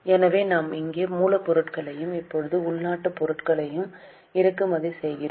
எனவே நாம் இங்கே மூலப்பொருட்களையும் இப்போது உள்நாட்டு மூலப்பொருட்களையும் இறக்குமதி செய்கிறோம்